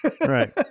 Right